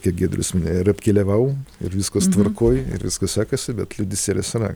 kiek giedrius ir apkeliavau ir viskas tvarkoj ir viskas sekasi bet liūdesėlis yra